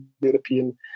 European